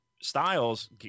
Styles